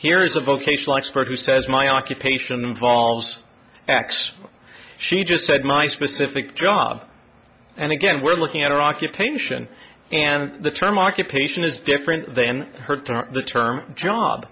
here's a vocational expert who says my occupation involves x she just said my specific job and again we're looking at her occupation and the term occupation is different then the term job